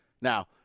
Now